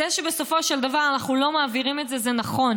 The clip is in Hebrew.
זה שבסופו של דבר אנחנו לא מעבירים את זה זה נכון,